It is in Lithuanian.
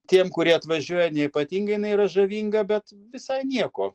tiem kurie atvažiuoja neypatingai jinai yra žavinga bet visai nieko